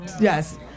yes